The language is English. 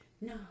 No